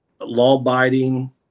law-abiding